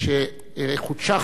שחודשה חברותו,